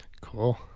Cool